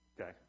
okay